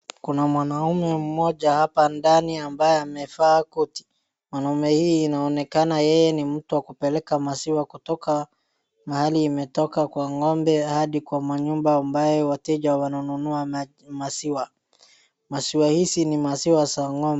Kuna mwanaume mmoja hapa ndani ambaye amevaa koti, mwanaume hii anaonekana yeye ni mtu wa kupeleka maziwa kutoka mahali imetoka kwa ng'ombe hadi kwa manyumba ambayo wateja wananunua maziwa . Maziwa hizi ni maziwa za ng'ombe.